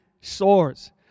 soars